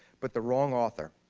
but the wrong author,